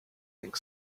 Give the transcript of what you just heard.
think